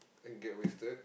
and get wasted